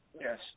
yes